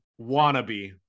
Wannabe